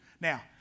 Now